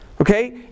Okay